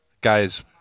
Guys